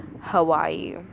Hawaii